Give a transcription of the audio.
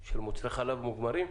של מוצרי חלב מוגמרים?